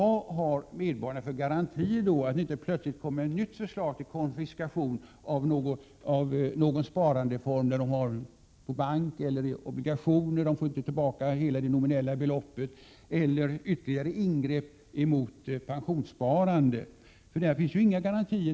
1987/88:114 garantier för att det inte plötsligt kommer ett nytt förslag till konfiskation av 4 maj 1988 någon sparandeform på bank eller i obligationer, så att de inte får tillbaka hela det nominella beloppet, eller ytterligare ingrepp mot pensionssparande? Där finns tydligen inga garantier.